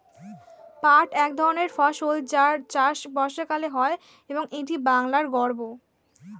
পাট এক ধরনের ফসল যার চাষ বর্ষাকালে হয় এবং এটি বাংলার গর্ব